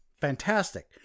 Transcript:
Fantastic